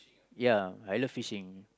ya I love fishing